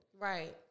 Right